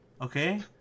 Okay